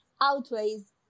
outweighs